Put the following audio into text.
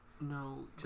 No